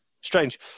strange